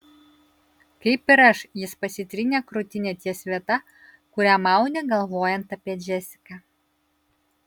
kaip ir aš jis pasitrynė krūtinę ties vieta kurią maudė galvojant apie džesiką